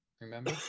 Remember